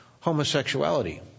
homosexuality